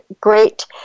great